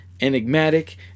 enigmatic